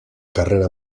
carrera